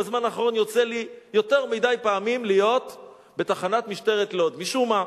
בזמן האחרון יוצא לי יותר מדי פעמים להיות בתחנת משטרת לוד משום מה.